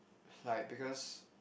like because